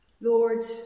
Lord